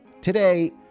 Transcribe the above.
Today